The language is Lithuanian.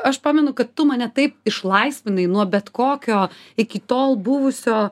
aš pamenu kad tu mane taip išlaisvinai nuo bet kokio iki tol buvusio